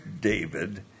David